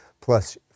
plus